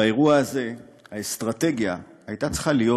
באירוע הזה האסטרטגיה הייתה צריכה להיות